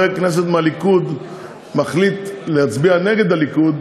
כנסת מהליכוד מחליט להצביע נגד הליכוד,